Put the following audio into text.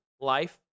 life